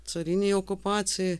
carinei okupacijai